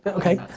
okay, you,